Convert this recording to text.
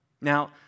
Now